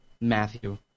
Matthew